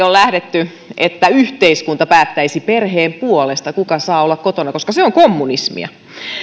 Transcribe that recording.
ole lähdetty sille linjalle että yhteiskunta päättäisi perheen puolesta kuka saa olla kotona koska se on kommunismia